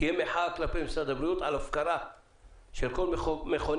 תהיה מחאה כלפי משרד הבריאות על ההפקרה של כל מכוני